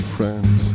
Friends